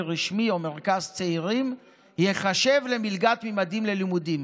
רשמי או מרכז צעירים תיחשב למלגת ממדים ללימודים.